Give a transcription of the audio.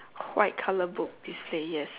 white colour book display yes